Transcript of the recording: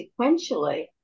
sequentially